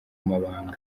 mabanga